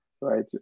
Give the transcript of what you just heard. right